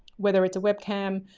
whether it's a webcam,